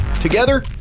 together